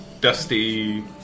dusty